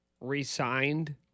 re-signed